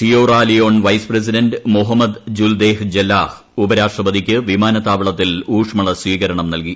Sierra Leone vice president Mohammed Juldeh Jalloh ഉപരാഷ്ട്രപതിയ്ക്ക് വിമാനത്താവളത്തിൽ ഊഷ്മള സ്വീകരണം നൽകി